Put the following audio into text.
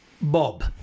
bob